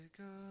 go